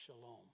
Shalom